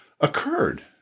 occurred